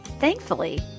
Thankfully